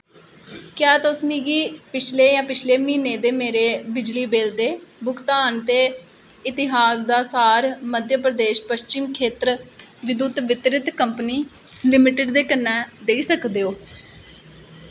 क्या तुस मिगी पिछले पिछला महीना दे मेरे बिजली बिल दे भुगतान दे इतिहास दा सार मध्य प्रदेश पश्चिम खेतर विद्युत वितरण कंपनी लिमिटेड दे कन्नै देई सकदे ओ